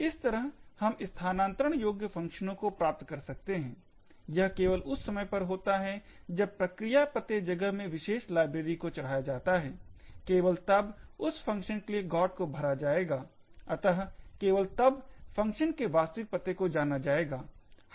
इस तरह हम स्थानांतरण योग्य फंक्शनो को प्राप्त कर सकते हैं यह केवल उस समय पर होता है जब प्रक्रिया पते जगह में विशेष लाइब्रेरी को चढ़ाया जाता है केवल तब उस फंक्शन के लिए GOT को भरा जाएगा अतः केवल तब फंक्शन के वास्तविक पते को जाना जाएगा